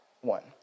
one